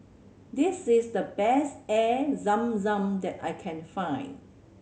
this is the best Air Zam Zam that I can find